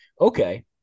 Okay